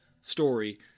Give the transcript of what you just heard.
story